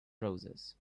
roses